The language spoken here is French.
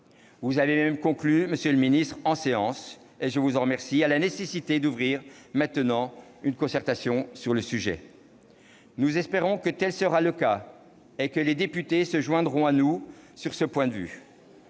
Vous avez vous-même conclu en séance, monsieur le ministre- je vous en remercie -, à la nécessité d'ouvrir maintenant une concertation sur le sujet. Nous espérons que tel sera le cas et que les députés se joindront à nous sur ce point.